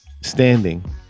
standing